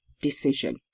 decision